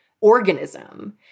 organism